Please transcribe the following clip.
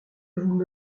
vous